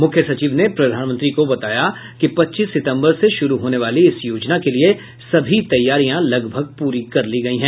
मुख्य सचिव ने प्रधानमंत्री को बताया कि पच्चीस सितम्बर से शुरू होने वाली इस योजना के लिये सभी तैयारियां लगभग प्ररी कर ली गयी हैं